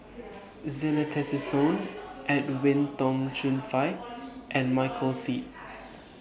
Zena Tessensohn Edwin Tong Chun Fai and Michael Seet